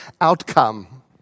outcome